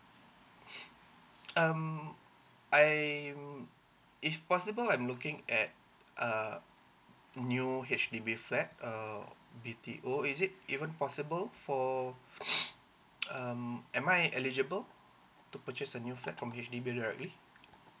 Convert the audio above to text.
um I'm if possible I'm looking at uh new H_D_B flat uh B_T_O is it even possible for uh am I eligible to purchase a new flat from H_D_B directly